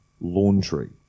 laundry